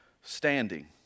standing